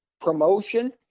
promotion